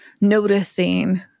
noticing